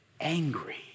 angry